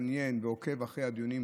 שמתעניין ועוקב אחרי הדיונים פה,